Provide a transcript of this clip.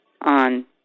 on